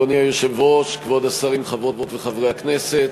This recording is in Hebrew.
אדוני היושב-ראש, כבוד השרים, חברות וחברי הכנסת,